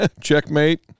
checkmate